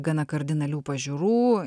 gana kardinalių pažiūrų